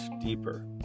deeper